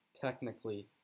technically